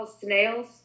Snails